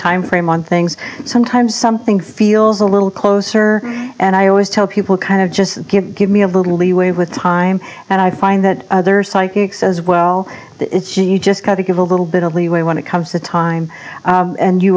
timeframe on things sometimes something feels a little closer and i always tell people kind of just give give me a little leeway with time and i find that there are psychics as well that you just got to give a little bit of leeway when it comes to time and you